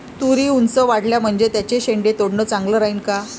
तुरी ऊंच वाढल्या म्हनजे त्याचे शेंडे तोडनं चांगलं राहीन का?